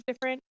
different